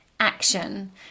action